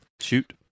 shoot